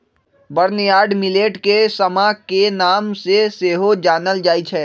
barnyard millet के समा के नाम से सेहो जानल जाइ छै